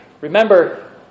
Remember